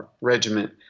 regiment